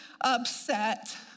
upset